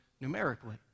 numerically